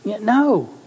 No